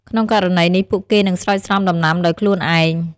ក្នុងករណីនេះ ពួកគេនឹងស្រោចស្រពដំណាំដោយខ្លួនឯង។